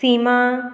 सीमा